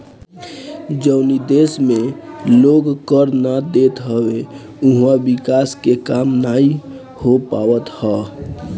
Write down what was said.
जवनी देस में लोग कर ना देत हवे उहवा विकास के काम नाइ हो पावत हअ